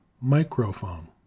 microphone